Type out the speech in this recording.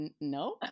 no